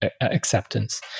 acceptance